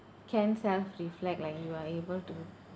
can self reflect like you are able to